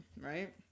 right